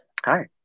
Hi